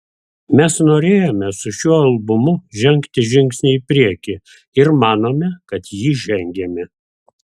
mes norėjome su šiuo albumu žengti žingsnį į priekį ir manome kad jį žengėme